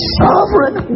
sovereign